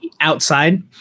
outside